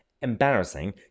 embarrassing